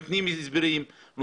נותנים הסברים.